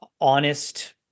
honest